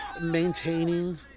maintaining